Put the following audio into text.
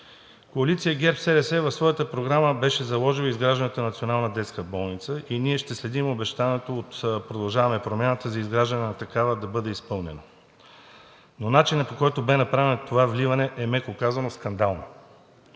Коалиция ГЕРБ-СДС в своята програма беше заложила изграждането на Национална детска болница и ние ще следим обещаното от „Продължаваме Промяната“ изграждането на такава да бъде изпълнено. Начинът обаче, по който бе направено това вливане, е, меко казано, скандално.